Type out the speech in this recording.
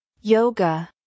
Yoga